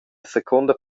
secunda